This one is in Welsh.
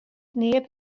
neb